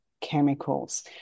chemicals